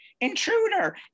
Intruder